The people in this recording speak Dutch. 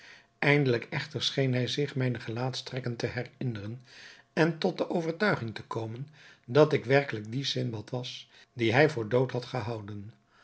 eindelijk echter scheen hij zich mijne gelaatstrekken te herinneren en tot de overtuiging te komen dat ik werkelijk die sindbad was dien hij voor dood had gehouden